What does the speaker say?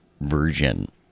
version